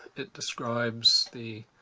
it describes the